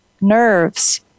nerves